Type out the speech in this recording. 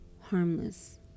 harmless